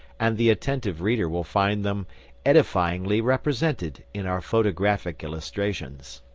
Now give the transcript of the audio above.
and the attentive reader will find them edifyingly represented in our photographic illustrations.